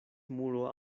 muro